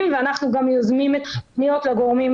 את יכולה לתת לנו טעימה?